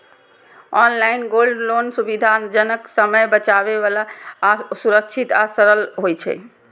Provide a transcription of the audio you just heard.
online gold loan सुविधाजनक, समय बचाबै बला आ सुरक्षित आ सरल होइ छै